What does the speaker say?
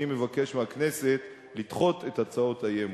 אני מבקש מהכנסת לדחות את הצעות האי-אמון.